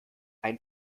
ein